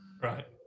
right